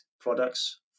products